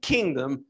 Kingdom